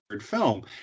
film